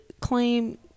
claim